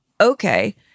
Okay